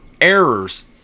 Errors